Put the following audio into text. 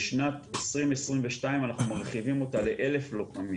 בשנת 2022 אנחנו מרחיבים אותה ל-1,000 לוחמים